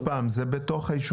פעם זה מיליארד ₪ רק בתוך היישובים?